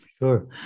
Sure